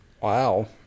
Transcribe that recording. Wow